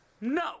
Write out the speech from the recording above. No